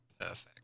perfect